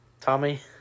Tommy